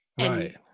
Right